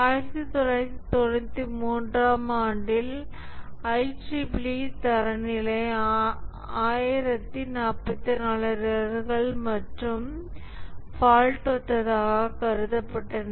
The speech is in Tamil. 1993 ஆம் ஆண்டில் IEEE தரநிலை 1044 எரர்கள் மற்றும் ஃபால்ட் ஒத்ததாக கருதப்பட்டன